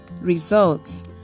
results